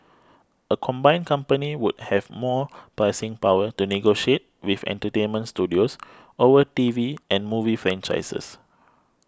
a combined company would have more pricing power to negotiate with entertainment studios over T V and movie franchises